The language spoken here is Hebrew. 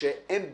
שהם